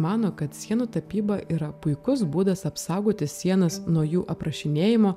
mano kad sienų tapyba yra puikus būdas apsaugoti sienas nuo jų aprašinėjimo